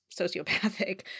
sociopathic